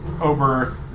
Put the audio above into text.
over